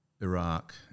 Iraq